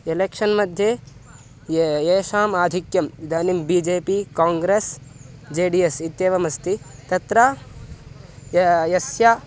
election मध्ये ये येषाम् आधिक्यम् इदानीं B J P Congress J D S इत्येवम् अस्ति तत्र यत् यस्य